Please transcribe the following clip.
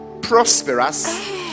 prosperous